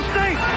State